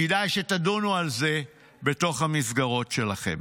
כדאי שתדונו על זה בתוך המסגרות שלכם.